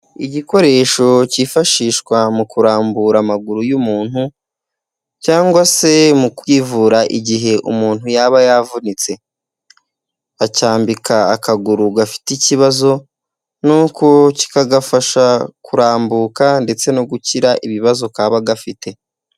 Igikoresho kifashishwa mu kurambura amaguru y'umuntu cyangwa se mu kwivura igihe umuntu yaba yavunitse. Acyambika akaguru gafite ikibazo, nuko kikagafasha kurambuka ndetse no gukira ibibazo kaba gafite.